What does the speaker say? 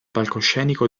palcoscenico